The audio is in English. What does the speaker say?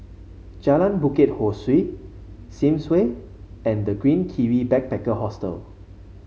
Jalan Bukit Ho Swee Sims Way and The Green Kiwi Backpacker Hostel